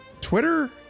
Twitter